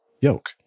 yoke